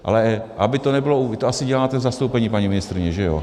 Ale aby to nebylo vy to asi děláte v zastoupení, paní ministryně, že jo?